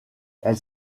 elle